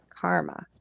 karma